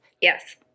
Yes